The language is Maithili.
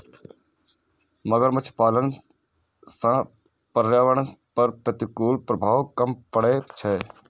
मगरमच्छ पालन सं पर्यावरण पर प्रतिकूल प्रभाव कम पड़ै छै